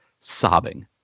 sobbing